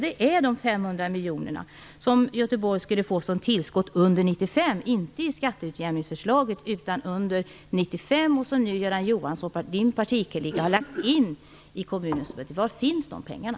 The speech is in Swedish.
Dessa 500 miljoner skulle Göteborg få som tillskott under 1995 och som Göran Johansson - finansministerns partikollega - nu har inräknat i kommunens budget. Var finns de pengarna?